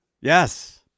Yes